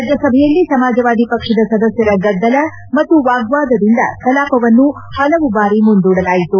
ರಾಜ್ಯ ಸಭೆಯಲ್ಲಿ ಸಮಾಜವಾದಿ ಪಕ್ಷದ ಸದಸ್ಕರ ಗದ್ದಲ ಮತ್ತು ವಾಗ್ನಾದದಿಂದ ಕಲಾಪವನ್ನು ಹಲವು ಬಾರಿ ಮುಂದೂಡಲಾಯಿತು